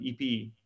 EP